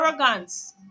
arrogance